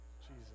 Jesus